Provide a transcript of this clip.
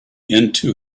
into